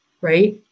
right